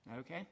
Okay